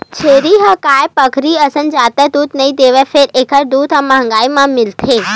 छेरी ह गाय, भइसी असन जादा दूद नइ देवय फेर एखर दूद ह महंगी म मिलथे